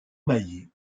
maillet